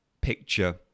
picture